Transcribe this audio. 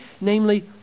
namely